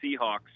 Seahawks